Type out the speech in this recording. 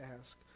ask